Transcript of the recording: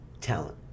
talent